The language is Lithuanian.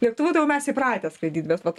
lėktuvu tai jau mes įpratę skraidyt bet vat